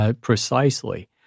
Precisely